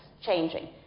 changing